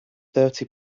thirty